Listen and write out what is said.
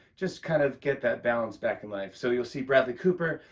just kind of get that balance back in life. so, you'll see bradley cooper,